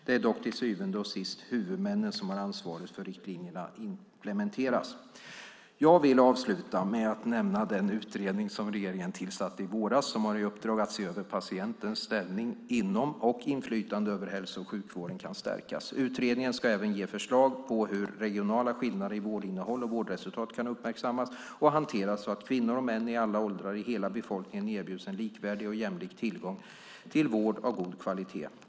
Det är dock till syvende och sist huvudmännen som har ansvaret för att riktlinjerna implementeras. Jag vill avsluta med att nämna den utredning som regeringen tillsatte i våras som har i uppdrag att se över hur patientens ställning inom och inflytande över hälso och sjukvården kan stärkas. Utredningen ska även ge förslag på hur regionala skillnader i vårdinnehåll och vårdresultat kan uppmärksammas och hanteras så att kvinnor och män i alla åldrar i hela befolkningen erbjuds en likvärdig och jämlik tillgång till vård av god kvalitet.